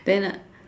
then I